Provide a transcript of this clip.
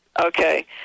Okay